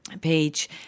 page